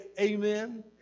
amen